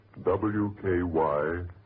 WKY